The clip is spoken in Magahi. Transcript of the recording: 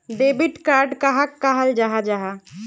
डेबिट कार्ड कहाक कहाल जाहा जाहा?